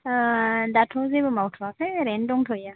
दाथ' जेबो मावथ'वाखै ओरैनो दंथयो